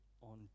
on